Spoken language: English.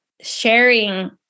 sharing